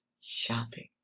shopping